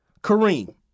kareem